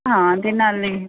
ਹਾਂ ਅਤੇ ਨਾਲੇ